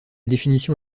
définition